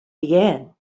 began